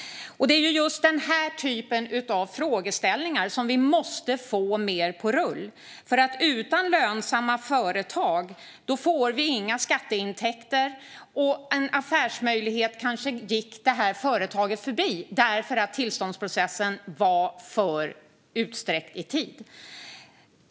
Det är just den här typen av frågeställningar som vi måste få mer på rull, för utan lönsamma företag får vi inga skatteintäkter. En affärsmöjlighet kanske gick ett företag förbi därför att tillståndsprocessen var för utsträckt i tid.